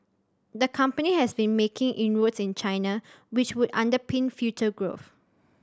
the company has been making inroads in China which would underpin future growth